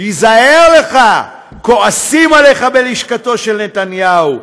תיזהר לך, כועסים עליך בלשכתו של נתניהו.